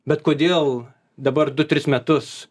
bet kodėl dabar du tris metus